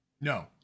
No